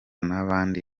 n’abandi